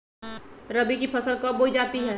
रबी की फसल कब बोई जाती है?